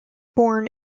born